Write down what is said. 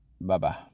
Bye-bye